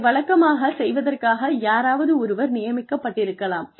இதை வழக்கமாக செய்வதற்காக யாராவது ஒருவர் நியமிக்கப்பட்டிருக்கலாம்